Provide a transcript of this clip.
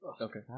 Okay